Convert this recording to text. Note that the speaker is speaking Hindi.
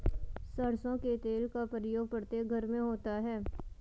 सरसों के तेल का प्रयोग प्रत्येक घर में होता है